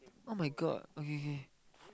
[oh]-my-god okay okay